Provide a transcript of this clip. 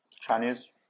Chinese